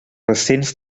recents